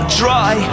dry